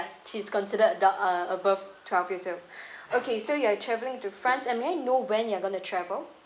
she's considered adult uh above twelve years old okay so you're travelling to france and may I know when you are going to travel